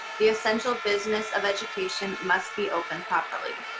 the essential business of education must be open properly.